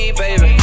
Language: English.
baby